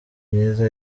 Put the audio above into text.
myiza